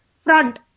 front